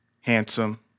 handsome